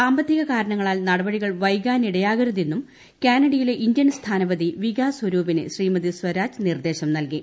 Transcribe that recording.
സാമ്പത്തിക കാരണങ്ങളാൽ നടപ്പടികൾ ്വൈകാനിടയാകരുതെന്നും കാനഡയിലെ ഇന്ത്യൻ സ്ഥാനപ്പതി പ്ലികാസ് സ്വരൂപിന് ശ്രീമതി സ്വരാജ് നിർദ്ദേശം നൽകി